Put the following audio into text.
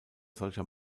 solcher